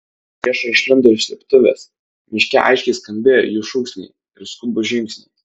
priešai išlindo iš slėptuvės miške aiškiai skambėjo jų šūksniai ir skubūs žingsniai